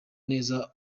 neza